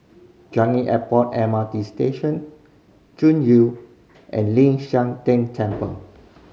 Changi Airport M R T Station Chuan View and Ling San Teng Temple